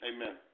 Amen